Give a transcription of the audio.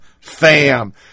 Fam